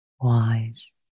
wise